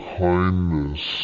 kindness